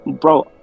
bro